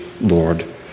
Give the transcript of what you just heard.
Lord